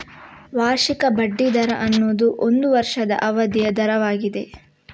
ವಾರ್ಷಿಕ ಬಡ್ಡಿ ದರ ಅನ್ನುದು ಒಂದು ವರ್ಷದ ಅವಧಿಯ ದರವಾಗಿದೆ